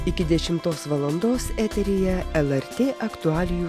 iki dešimtos valandos eteryje lrt aktualijų